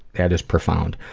that is profound.